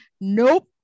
nope